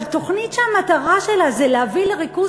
אבל תוכנית שהמטרה שלה זה להביא לריכוז